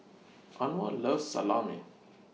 Anwar loves Salami